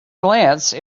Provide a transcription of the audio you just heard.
glance